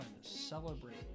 celebrate